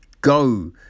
Go